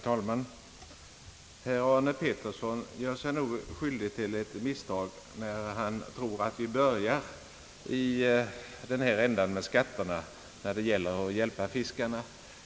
Herr talman! Herr Arne Pettersson gör sig nog skyldig till ett misstag när han tror att vi börjar med skatterna när vi vill hjälpa fiskarna.